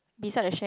beside the shack